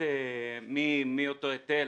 שמאותו היטל